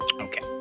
Okay